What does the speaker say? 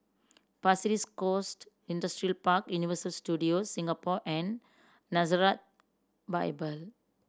Pasir Ris Coast Industrial Park Universal Studios Singapore and Nazareth Bible